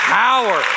power